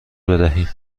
بدهیم